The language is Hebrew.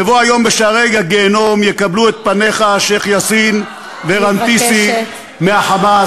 בבוא היום בשערי הגיהינום יקבלו את פניך השיח' יאסין ורנתיסי מה"חמאס"